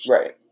Right